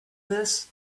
this